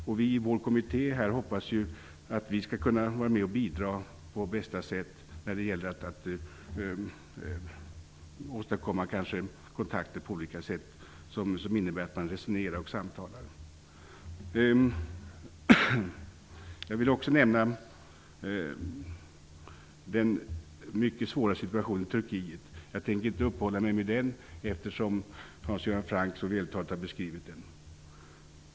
Vi i vår kommitté hoppas att vi skall kunna vara med och bidra på bästa sätt när det gäller att åstadkomma kontakter på olika sätt som innebär att man resonerar och samtalar. Jag vill också nämna den mycket svåra situationen i Turkiet. Jag tänker inte uppehålla mig vid den, eftersom Hans Göran Franck så vältaligt har beskrivit den.